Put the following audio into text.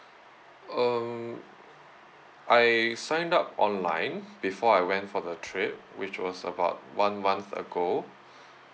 uh I signed up online before I went for the trip which was about one month ago